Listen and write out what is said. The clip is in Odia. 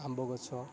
ଆମ୍ବ ଗଛ